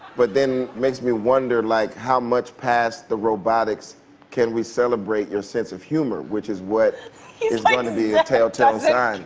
but then it makes me wonder, like, how much past the robotics can we celebrate your sense of humor, which is what is gonna be a telltale